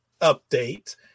update